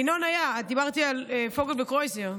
ינון היה, דיברתי על פוגל וקרויזר,